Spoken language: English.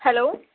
hello